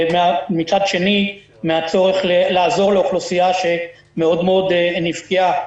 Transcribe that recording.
ומצד שני, מהצורך לעזור לאוכלוסייה שמאוד נפגעה.